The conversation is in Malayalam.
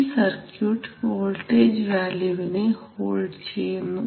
ഈ സർക്യൂട്ട് വോൾട്ടേജ് വാല്യുവിനെ ഹോൾഡ് ചെയ്യുന്നു